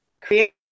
create